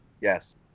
yes